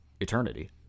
eternity